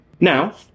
Now